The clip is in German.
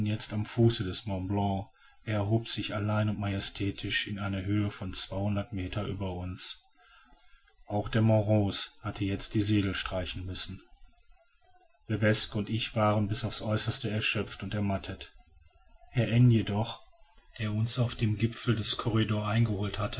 jetzt am fuße des mont blanc er erhob sich allein und majestätisch in einer höhe von meter über uns auch der mont rose hatte jetzt die segel streichen müssen levesque und ich waren bis auf's aeußerste erschöpft und ermattet herr n jedoch der uns auf dem gipfel des corridor eingeholt hatte